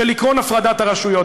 של עקרון הפרדת הרשויות.